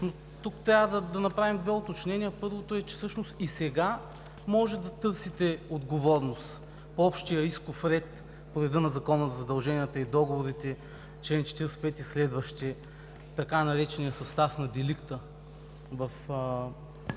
трябва да направим две уточнения. Първото е, че всъщност и сега може да търсите отговорност по общия исков ред, по реда на Закона за задълженията и договорите – чл. 45 и следващи, така наречения състав на деликта в